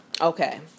Okay